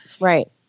right